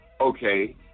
Okay